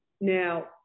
Now